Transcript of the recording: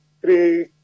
three